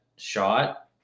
shot